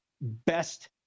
best